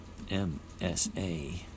MSA